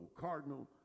cardinal